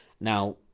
Now